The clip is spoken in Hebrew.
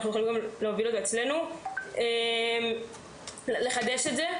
אנחנו יכולים גם להוביל אותו ולחדש את זה.